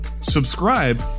Subscribe